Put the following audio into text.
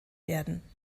werden